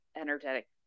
energetic